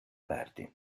parti